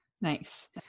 Nice